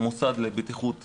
המוסד לבטיחות ולגהות.